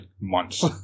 months